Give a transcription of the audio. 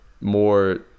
more